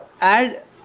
add